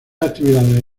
actividades